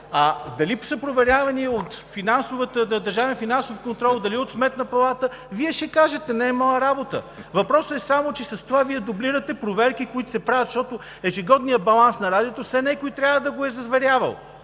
А дали са проверявани от Държавен финансов контрол, дали от Сметната палата, Вие ще кажете – не е моя работа. Въпросът е само, че с това Вие дублирате проверки, които се правят, защото ежегодният баланс на Радиото все някой трябва да го е заверявал.